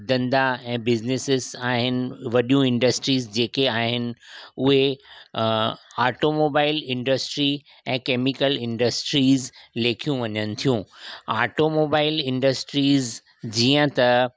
धंधा ऐं बिज़निसिस आहिनि वॾियूं इंडस्ट्रीज़ जेके आहिनि उहे अ ऑटोमोबाइल इंडस्ट्री ऐं केमिकल इंडस्ट्रीज़ लेखियूं वञनि थियूं ऑटोमोबाइल इंडस्ट्रीज़ जीअं त